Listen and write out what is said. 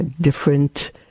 different